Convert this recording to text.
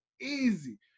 Easy